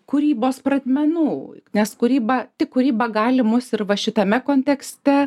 kūrybos pradmenų nes kūryba tik kūryba gali mus ir va šitame kontekste